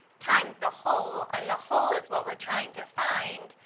times the whole, and the whole is what we're trying to find.